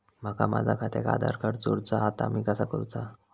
माका माझा खात्याक आधार कार्ड जोडूचा हा ता कसा करुचा हा?